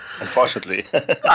Unfortunately